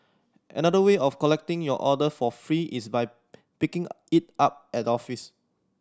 another way of collecting your order for free is by picking it up at the office